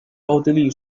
奥地利